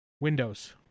Windows